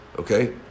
Okay